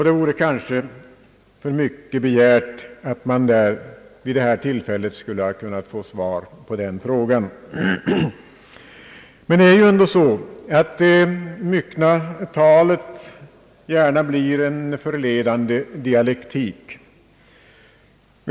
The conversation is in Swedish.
Det vore kanske också för mycket begärt att man vid det tillfället skulle ha fått svar på den frågan. Det myckna talet blir gärna en förledande dialektik.